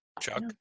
Chuck